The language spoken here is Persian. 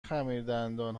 خمیردندان